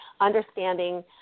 understanding